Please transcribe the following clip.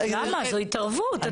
זו התערבות.